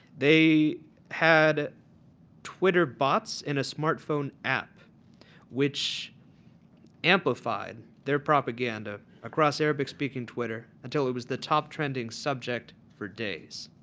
they have twitter bots and a smart phone app which amplifies their propaganda across arabic speaking twitter until it was the top trending subject for days.